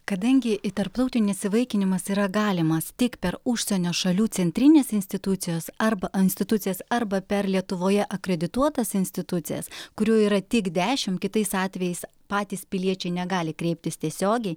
kadangi tarptautinis įvaikinimas yra galimas tik per užsienio šalių centrinės institucijos arba institucijas arba per lietuvoje akredituotas institucijas kurių yra tik dešim kitais atvejais patys piliečiai negali kreiptis tiesiogiai